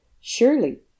Surely